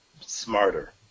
smarter